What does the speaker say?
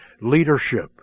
leadership